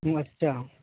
अच्छा